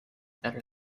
better